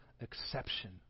exception